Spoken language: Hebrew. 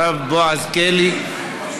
הרב בועז קלי,